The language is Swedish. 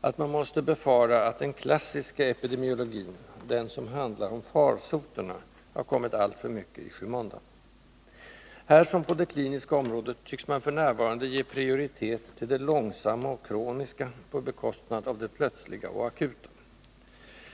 att man måste befara att den klassiska epidemiologin — den som handlar om farsoterna — har kommit alltför mycket i skymundan. Här som på det kliniska området tycks man f. n. ge prioritet till det långsamma och kroniska på bekostnad av det plötsliga och akuta.